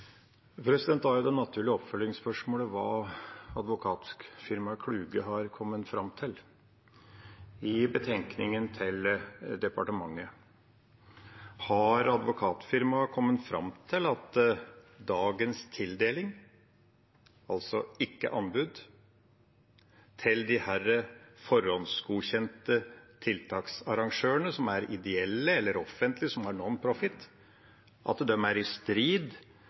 Da er det naturlige oppfølgingsspørsmålet hva advokatfirmaet Kluge har kommet fram til i betenkningen til departementet. Har advokatfirmaet kommet fram til at dagens tildeling, altså ikke anbud, til disse forhåndsgodkjente tiltaksarrangørene, som er ideelle eller offentlige, og nonprofit, er i strid med lov om offentlige anskaffelser? Nå vil jeg bare først si at dette er